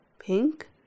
pink